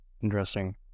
Interesting